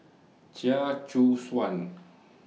Chia Choo Suan